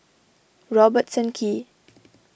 Robertson Quay